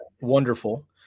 wonderful